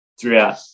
throughout